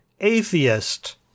atheist